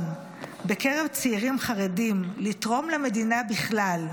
בקרב צעירים חרדים לתרום למדינה בכלל,